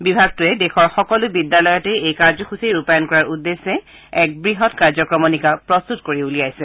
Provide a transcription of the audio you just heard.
বিভাগে দেশৰ সকলো বিদ্যালয়তে এই কাৰ্যসূচী ৰূপায়ণ কৰাৰ উদ্দেশ্যে এক বৃহৎ কাৰ্যক্ৰমণিকা প্ৰস্তুত কৰি উলিয়াইছে